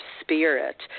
spirit